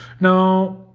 Now